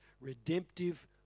redemptive